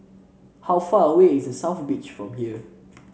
how far away is The South Beach from here